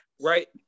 Right